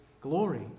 glory